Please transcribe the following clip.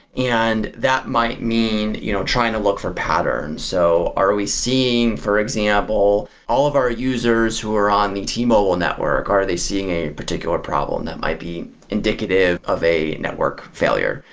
and that might mean you know trying to look for patterns. so, are are we seeing, for example, all of our users who are on the t-mobile network? are they seeing a particular problem that might be indicative of a network failure?